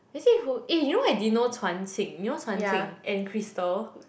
is it who eh you know I didn't know Quan-Qing you know Quan-Qing and Crystal